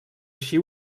així